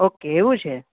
okay એવું છે